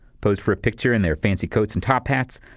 posed for a picture in their fancy coats and top hats,